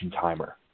timer